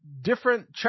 different